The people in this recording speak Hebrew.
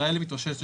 ישראל מתאוששת